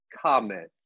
comment